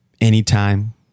anytime